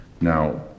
now